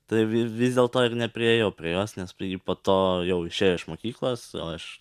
tai vi vis dėlto ir nepriėjau prie jos nes pri ji po to jau išėjo iš mokyklos aš